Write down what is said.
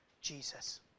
Jesus